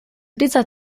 dieser